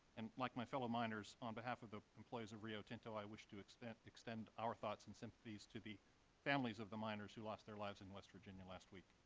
and like my fellow miners on behalf of the employees of rio tinto i wish to extend extend our thoughts and sympathy to the families of the miners who lost their lives in west virginia last week.